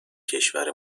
کشور